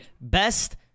best